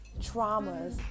traumas